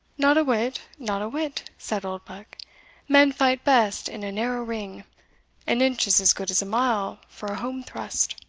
not a whit, not a whit, said oldbuck men fight best in a narrow ring an inch is as good as a mile for a home-thrust.